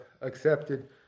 accepted